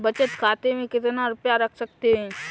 बचत खाते में कितना रुपया रख सकते हैं?